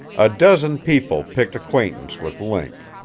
a dozen people picked acquaintance with link.